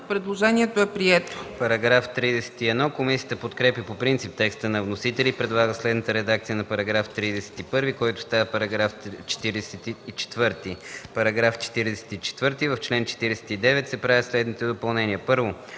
Предложението е прието.